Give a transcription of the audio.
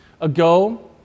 ago